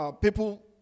people